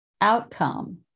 outcome